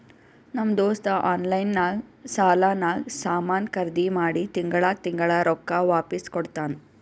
ನಮ್ ದೋಸ್ತ ಆನ್ಲೈನ್ ನಾಗ್ ಸಾಲಾನಾಗ್ ಸಾಮಾನ್ ಖರ್ದಿ ಮಾಡಿ ತಿಂಗಳಾ ತಿಂಗಳಾ ರೊಕ್ಕಾ ವಾಪಿಸ್ ಕೊಡ್ತಾನ್